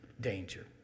danger